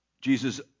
Jesus